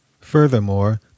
Furthermore